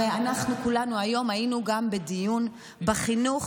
הרי אנחנו כולנו היום היינו גם בדיון בוועדת החינוך